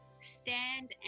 stand